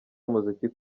umuziki